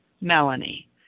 Melanie